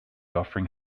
offering